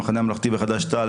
המחנה הממלכתי וחד"ש תע"ל.